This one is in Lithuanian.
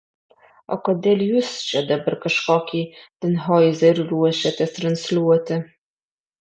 o kodėl jūs čia dabar kažkokį tanhoizerį ruošiatės transliuoti